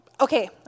okay